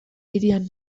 hirian